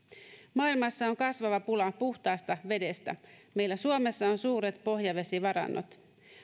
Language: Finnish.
maailmassa on kasvava pula puhtaasta vedestä meillä suomessa on suuret pohjavesivarannot